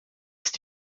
ist